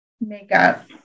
makeup